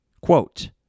Quote